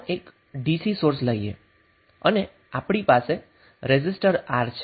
ચાલો 1 dc source લઈએ અને આપણી પાસે રેઝિસ્ટર R છે